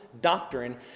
doctrine